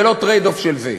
זה לא trade-off של זה.